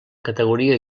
categoria